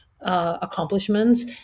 accomplishments